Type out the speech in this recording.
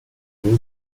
these